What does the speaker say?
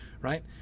right